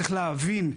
צריך להבין,